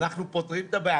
אנחנו פותרים את הבעיה,